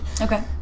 Okay